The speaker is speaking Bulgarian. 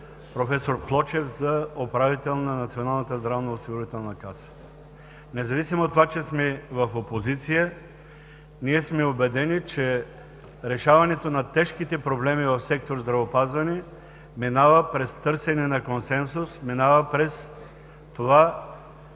проф. Плочев за управител на Националната здравноосигурителна каса. Независимо че сме в опозиция, ние сме убедени, че решаването на тежките проблеми в сектор „Здравеопазване“ минава през търсене на консенсус, минава през това